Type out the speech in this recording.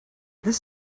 this